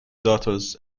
daughters